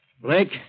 Blake